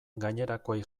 gainerakoei